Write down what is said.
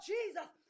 Jesus